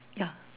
ya